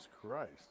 Christ